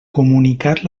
comunicar